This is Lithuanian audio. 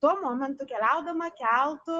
tuo momentu keliaudama keltu